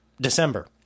December